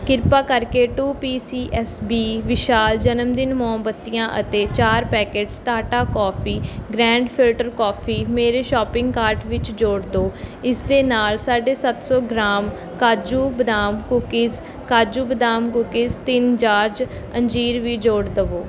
ਕ੍ਰਿਪਾ ਕਰਕੇ two P C S B ਵਿਸ਼ਾਲ ਜਨਮਦਿਨ ਮੋਮਬੱਤੀਆਂ ਅਤੇ ਚਾਰ packets Tata coffee grand filter coffee ਮੇਰੇ ਸ਼ੋਪਿੰਗ ਕਾਰਟ ਵਿੱਚ ਜੋੜ ਦਿਉ ਇਸ ਦੇ ਨਾਲ ਸਾਢੇ ਸੱਤ ਸੌ gram kaju badam cookies kaju badam cookies ਤਿੰਨ ਜਾਰਜ਼ ਅੰਜੀਰ ਵੀ ਜੋੜ ਦਿਉ